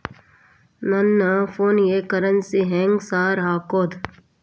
ನನ್ ಫೋನಿಗೆ ಕರೆನ್ಸಿ ಹೆಂಗ್ ಸಾರ್ ಹಾಕೋದ್?